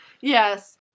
Yes